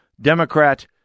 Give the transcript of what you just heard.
Democrat